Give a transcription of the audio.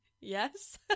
Yes